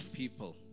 people